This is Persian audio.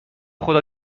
خدا